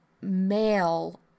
male